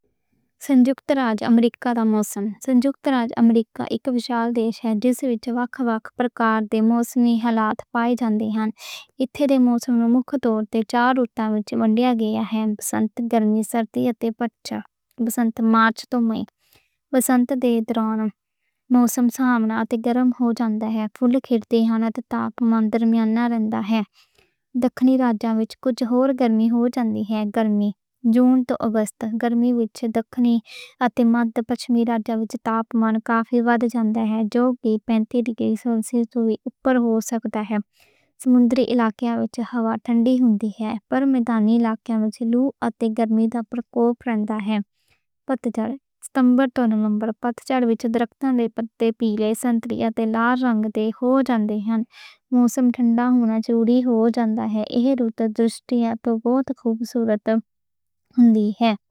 سنجُکت راج امریکہ ایک وِشال دیش ہے۔ جس وچ وکھ وکھ پَرکار دے موسمی حالات پائے جاندے ہن۔ اتھے دے موسم نوں مکھ توں چار رُتاں وچ وَنڈیا گیا ہے۔ بسنت مارچ توں مئی، بسنت وچ موسم ہولے ہولے گرم ہو جاندا ہے، پھُل کھِلدے ہن تے تاپمان معتدل رہندا ہے۔ گرمی جون توں اگست، گرمی وچ دَکھنی تے پَچھمی راج وچ تاپمان وادھ جاندا ہے جو کہ پینتیس ڈگری سینٹی گریڈ تک ہو سکدا ہے۔ سمندری علاقے وچ ہوا ٹھنڈی ہندی ہے، پر میدانی علاقے وچ لُو تے گرمی دا پروکوپ رہندا ہے۔ پتجھڑ ستمبر تے نومبر، پتجھڑ وچ درختاں دے پتے پیلے، سنتری تے لال رنگ دے ہو جاندے ہن۔ موسم ٹھنڈا ہونا شروع ہو جاندا ہے۔ ایہ منظر واقعی بہت خوبصورت ہوندا ہے۔